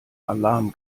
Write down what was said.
alarm